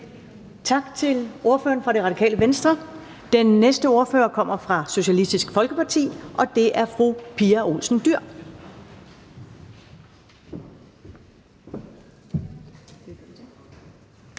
Tak til ordføreren for Det Radikale Venstre. Den næste ordfører kommer fra Socialistisk Folkeparti, og det er fru Pia Olsen Dyhr.